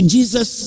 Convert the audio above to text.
Jesus